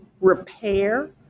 repair